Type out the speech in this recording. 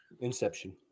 Inception